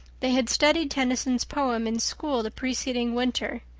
they had studied tennyson's poem in school the preceding winter,